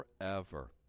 forever